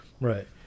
right